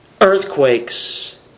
earthquakes